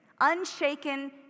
Unshaken